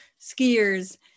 skiers